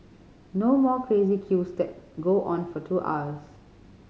no more crazy queues that go on for two hours